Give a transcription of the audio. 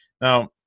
Now